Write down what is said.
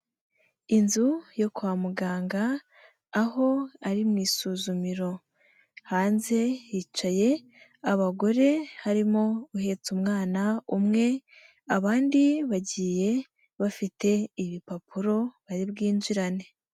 Inzu yo kwa muganga, aho ari mu isuzumiro, hanze hicaye abagore harimo uhetse umwana umwe, abandi bagiye bafite ibipapuro, bari bwinjirane.